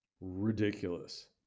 ridiculous